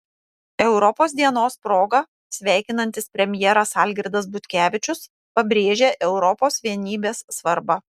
europos dienos proga sveikinantis premjeras algirdas butkevičius pabrėžia europos vienybės svarbą